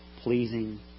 pleasing